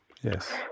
yes